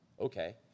okay